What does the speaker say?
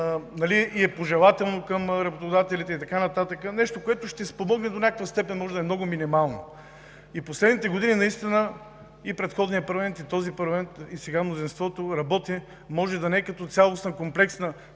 е и пожелателно към работодателите и така нататък, нещо, което ще спомогне до някаква степен, може да е много минимално. И в последните години наистина – и в предходния парламент, и в този парламент, и сега мнозинството работи, може да не е като цялостна, комплексна